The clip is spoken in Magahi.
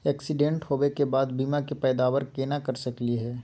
एक्सीडेंट होवे के बाद बीमा के पैदावार केना कर सकली हे?